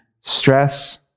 stress